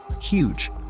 huge